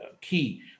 key